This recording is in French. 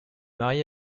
marié